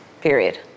period